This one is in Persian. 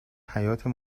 حیاطه